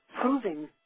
proving